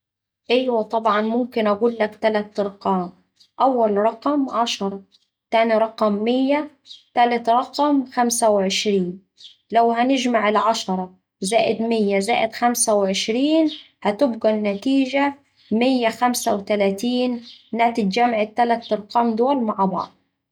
إيوه طبعا ممكن أقولك تلات ارقام، أول رقم عشرة تاني رقم مية تالت رقم خمسة وعشرين، لو هنجمع العشرة زائد مية زائد خمسة وعشرين هتبقا النتيجة مية خمسة وتلاتين، ناتج جمع التلات أرقام دول مع بعض.